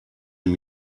and